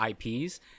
IPs